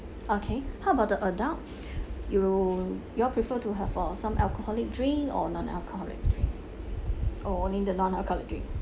okay how about the adult you you all prefer to have a some alcoholic drink or non alcoholic drink oh only the non alcoholic drink